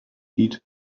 heed